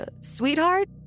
sweetheart